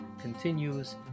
continues